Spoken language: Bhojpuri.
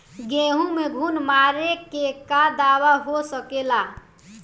गेहूँ में घुन मारे के का दवा हो सकेला?